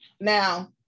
Now